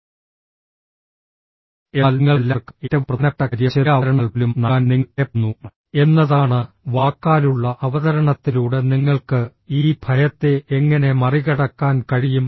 എന്നാൽ നിങ്ങൾക്കെല്ലാവർക്കും ഏറ്റവും പ്രധാനപ്പെട്ട കാര്യം ചെറിയ അവതരണങ്ങൾ പോലും നൽകാൻ നിങ്ങൾ ഭയപ്പെടുന്നു എന്നതാണ് വാക്കാലുള്ള അവതരണത്തിലൂടെ നിങ്ങൾക്ക് ഈ ഭയത്തെ എങ്ങനെ മറികടക്കാൻ കഴിയും